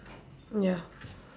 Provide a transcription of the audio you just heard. ya